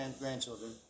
grandchildren